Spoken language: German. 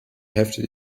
hälfte